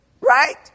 right